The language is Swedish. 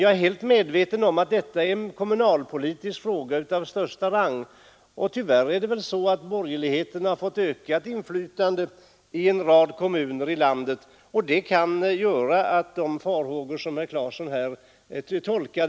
Jag är helt medveten om att detta är en kommunalpolitisk fråga av största rang. Tyvärr har borgerligheten fått ökat inflytande i en rad kommuner i landet, vilket gör att de farhågor som herr Claeson antydde även kan finnas.